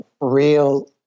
real